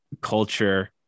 culture